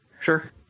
Sure